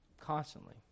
Constantly